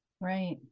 Right